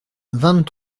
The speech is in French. vingt